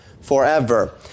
forever